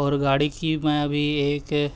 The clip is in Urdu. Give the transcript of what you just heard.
اور گاڑی کی میں ابھی ایک